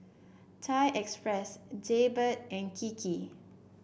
Thai Express Jaybird and Kiki